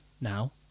now